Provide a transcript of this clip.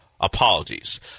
Apologies